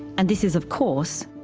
and this is of course,